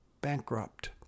bankrupt